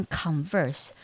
converse